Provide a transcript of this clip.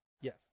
Yes